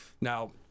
Now